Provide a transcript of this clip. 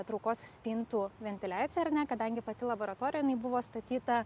traukos spintų ventiliacija ar ne kadangi pati laboratorija jinai buvo statyta